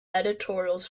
editorials